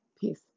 Peace